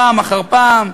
פעם אחר פעם,